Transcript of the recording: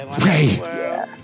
Ray